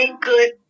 good